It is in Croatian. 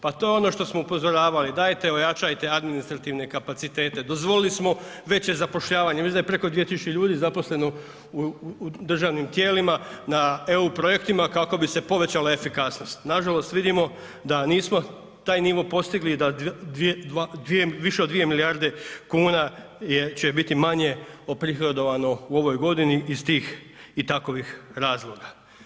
Pa to je ono što smo upozoravali, dajte ojačajte administrativne kapacitet, dozvolili smo veće zapošljavanje, ja mislim da je preko 2000 ljudi zaposleno u državnim tijelima na EU projektima kako bi se povećala efikasnost, nažalost vidimo da nismo taj nivo postigli i da više od 2 milijarde kuna će biti manje uprihodovano u ovoj godini iz tih i takovih razloga.